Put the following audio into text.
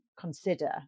consider